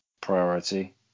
priority